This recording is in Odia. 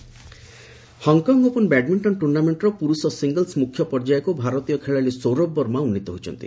ବ୍ୟାଡମିଣ୍ଟନ ହଂକ ଓପନ୍ ବ୍ୟାଡମିଣ୍ଟନ ଟୁର୍ଣ୍ଣାମେଣ୍ଟର ପୁରୁଷ ସିଙ୍ଗିଲ୍ସ ମୁଖ୍ୟ ପର୍ଯ୍ୟାୟକୁ ଭାରତୀୟ ଖେଳାଳି ସୌରଭ ବର୍ମା ଉନ୍ନୀତ ହୋଇଛନ୍ତି